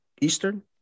Eastern